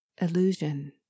illusion